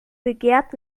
begehrt